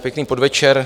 Pěkný podvečer.